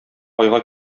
айга